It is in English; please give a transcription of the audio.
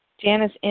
Janice